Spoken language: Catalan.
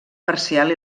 parcial